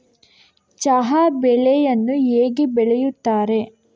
ಚಹಾ ಬೆಳೆಯನ್ನು ಹೇಗೆ ಬೆಳೆಯುತ್ತಾರೆ?